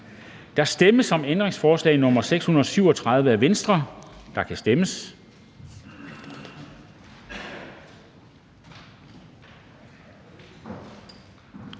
Der stemmes om ændringsforslag nr. 621 af NB, og der kan stemmes.